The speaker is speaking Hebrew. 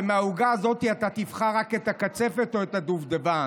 ומהעוגה הזאת אתה תבחר רק את הקצפת או את הדובדבן.